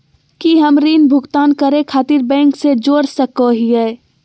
की हम ऋण भुगतान करे खातिर बैंक से जोड़ सको हियै?